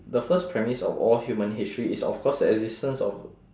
the first premise of all human history is of course the existence of